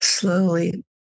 Slowly